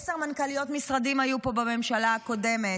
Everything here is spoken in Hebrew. עשר מנכ"ליות משרדים היו פה בממשלה הקודמת,